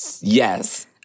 Yes